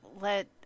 let